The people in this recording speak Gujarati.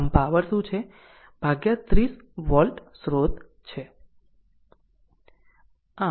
આમ પાવર શું છે 30 વોલ્ટ સ્રોત છે